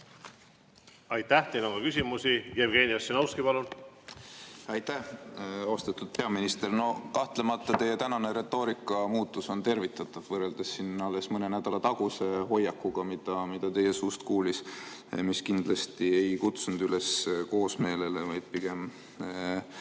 Aitäh! Teile on ka küsimusi. Jevgeni Ossinovski, palun! Aitäh! Austatud peaminister! Kahtlemata teie tänane retoorika muutus on tervitatav, võrreldes alles mõne nädala taguse hoiakuga, mida teie suust kuulis ja mis kindlasti ei kutsunud üles koosmeelele, vaid pigem